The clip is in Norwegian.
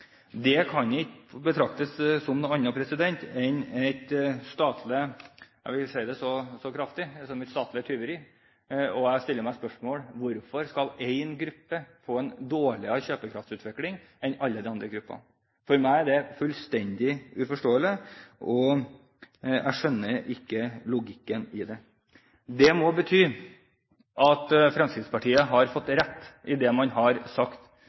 Det kan ikke betraktes som noe annet enn et statlig tyveri – jeg vil si det så kraftig – og jeg stiller meg spørsmål om hvorfor en gruppe skal få dårligere kjøpekraftsutvikling enn alle de andre gruppene. For meg er det fullstendig uforståelig, jeg skjønner ikke logikken i det. Det må bety at Fremskrittspartiet har fått rett i det man har sagt